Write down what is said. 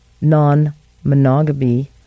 non-monogamy